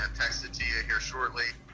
text it to you here shortly.